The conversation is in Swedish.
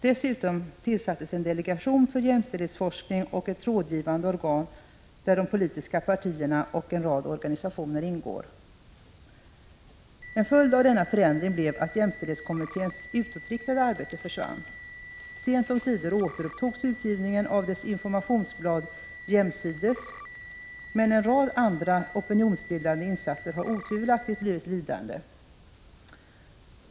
Dessutom tillsattes en delegation för jämställdhetsforskning och ett rådgivande organ där de politiska partierna och en rad organisationer ingår. En följd av denna förändring blev att jämställdhetskommitténs utåtriktade arbete försvann. Sent omsider återupptogs utgivningen av dess Prot. 1985/86:146 informationsblad Jämsides. Men en rad andra opinionsbildande insatser har 21 maj 1986 otvivelaktigt blivit lidande.